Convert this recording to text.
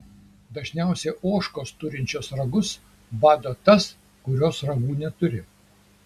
dažniausiai ožkos turinčios ragus bado tas kurios ragų neturi